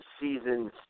seasons